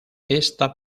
esta